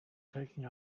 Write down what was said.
taking